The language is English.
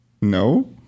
no